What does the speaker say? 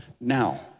now